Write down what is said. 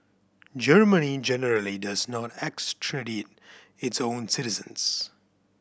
Germany generally does not extradite its own citizens